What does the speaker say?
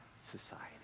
society